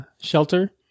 shelter